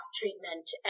treatment